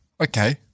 Okay